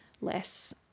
less